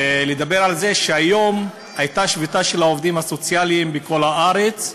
ולדבר על זה שהיום הייתה שביתה של העובדים הסוציאליים בכל הארץ,